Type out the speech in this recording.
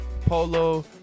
polo